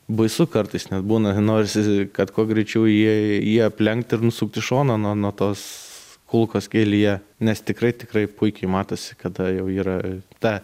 baisu kartais net būna norisi kad kuo greičiau jį jį aplenkt ir nusukt į šoną nuo nuo tos kulkos kelyje nes tikrai tikrai puikiai matosi kada jau yra ta